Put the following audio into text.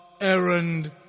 errand